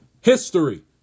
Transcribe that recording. history